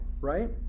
right